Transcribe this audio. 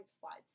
slides